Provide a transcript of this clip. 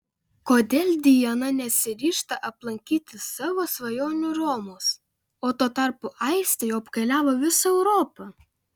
kodėl diana nesiryžta aplankyti savo svajonių romos o tuo tarpu aistė jau apkeliavo visą europą